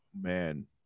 man